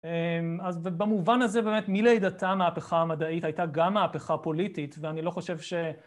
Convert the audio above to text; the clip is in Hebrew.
אז במובן הזה באמת מלידתה, המהפכה המדעית הייתה גם מהפכה פוליטית ואני לא חושב ש...